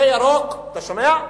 אתה שומע?